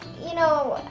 you know,